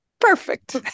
Perfect